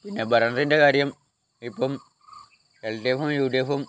പിന്നെ ഭരണത്തിൻ്റെ കാര്യം ഇപ്പം എൽ ഡി എഫും യു ഡി എഫും